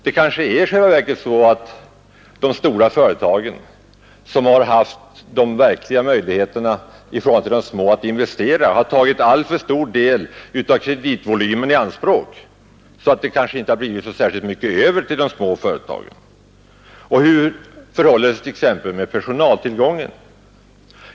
Det kanske i själva verket är så att de stora företagen, som i förhållande till de små har haft de verkliga möjligheterna att investera, har tagit alltför stor del av kreditvolymen i anspråk, så att det kanske inte blivit så särskilt mycket över till de små företagen. Och hur förhåller det sig t.ex. med personaltillgången?